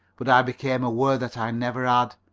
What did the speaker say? but i became aware that i never had,